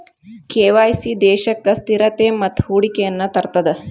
KYC ದೇಶಕ್ಕ ಸ್ಥಿರತೆ ಮತ್ತ ಹೂಡಿಕೆಯನ್ನ ತರ್ತದ